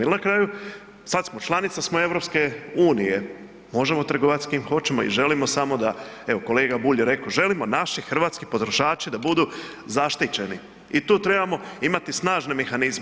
I na kraju sad smo, članica smo EU, možemo trgovat s kim hoćemo i želimo samo da, evo kolega Bulj je rekao želimo da naši hrvatski potrošači da budu zaštićeni i tu trebamo imati snažne mehanizme.